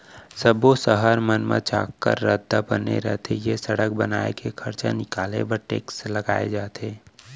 सब्बो सहर मन म चाक्कर रद्दा बने रथे ए सड़क बनाए के खरचा निकाले बर टेक्स लगाए जाथे